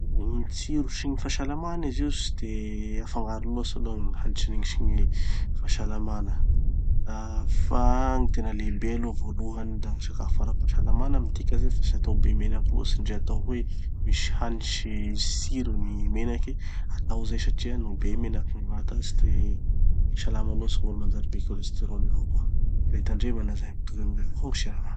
Gny tsiro sy gny fahasalamana izy io tsy de afangaro loatsy aloha gny hanitrin'igny sy gny fahasalamana. Ah fa gny tena lehibe aloha voalohany da sakafo ara-pahasalamana midika zay fa tsy atao be menaky loatsy ndre atao hoe misy hanitry sy tsirony gny menaky. Atao zay satria no be menaky gny mamanta agny tsy de salama loatsy gn'olo manjary be cholesterol avao koa. Itandremana zay. Mitovy aminio avao koa gny siramamy.